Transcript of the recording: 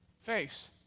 face